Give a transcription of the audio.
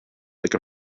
like